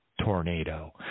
tornado